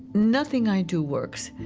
nothing i do works.